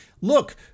Look